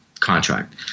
contract